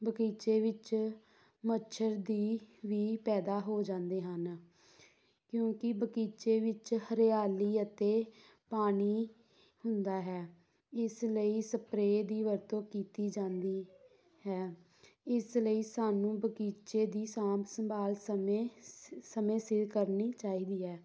ਬਗੀਚੇ ਵਿੱਚ ਮੱਛਰ ਦੀ ਵੀ ਪੈਦਾ ਹੋ ਜਾਂਦੇ ਹਨ ਕਿਉਂਕਿ ਬਗੀਚੇ ਵਿੱਚ ਹਰਿਆਲੀ ਅਤੇ ਪਾਣੀ ਹੁੰਦਾ ਹੈ ਇਸ ਲਈ ਸਪਰੇ ਦੀ ਵਰਤੋਂ ਕੀਤੀ ਜਾਂਦੀ ਹੈ ਇਸ ਲਈ ਸਾਨੂੰ ਬਗੀਚੇ ਦੀ ਸਾਂਭ ਸੰਭਾਲ ਸਮੇਂ ਸਮੇਂ ਸਿਰ ਕਰਨੀ ਚਾਹੀਦੀ ਹੈ